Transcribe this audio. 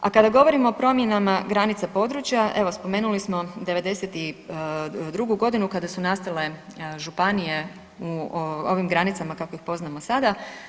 A kada govorimo o promjenama granica područja, evo, spomenuli smo 92. g. kada su nastale županije u ovim granicama kako ih poznamo sada.